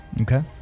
Okay